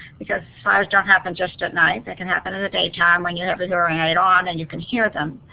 because fires don't happen just at night, they can happen in the daytime when you have your and hearing aid on and you can hear them.